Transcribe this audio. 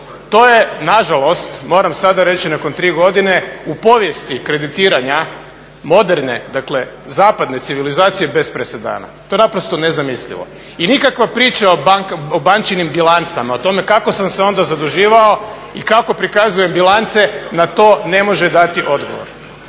To je nažalost moram sada reći nakon tri godine u povijesti kreditiranja moderne dakle zapadne civilizacije bez presedana. To je naprosto nezamislivo i nikakva priča o bančinim bilancama, o tome kako sam se onda zaduživao i kako prikazujem bilance, na to ne može dati odgovor.